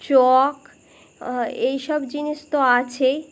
চক এইসব জিনিস তো আছেই